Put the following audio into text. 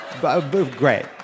great